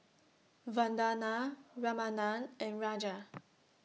Vandana Ramanand and Raja